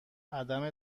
عدم